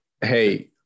hey